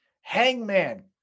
Hangman